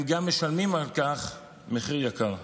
הם גם משלמים על כך מחיר יקר.